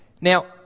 Now